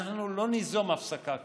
אנחנו לא ניזום הפסקה כזאת.